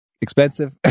expensive